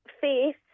Faith